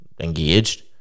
engaged